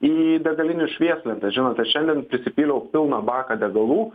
į degalinių švieslentes žinote šiandien prisipyliau pilną baką degalų